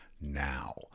now